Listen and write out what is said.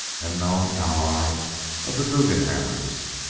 and known ally of the guggenhammers.